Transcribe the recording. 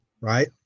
right